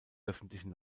öffentlichen